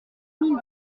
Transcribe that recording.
mille